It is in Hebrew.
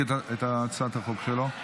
תודה רבה.